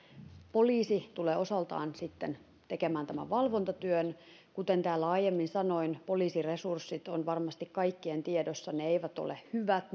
poliisi tulee osaltaan tekemään tämän valvontatyön kuten täällä aiemmin sanoin poliisin resurssit ovat varmasti kaikkien tiedossa ne eivät ole hyvät